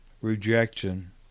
rejection